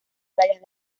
playas